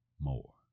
more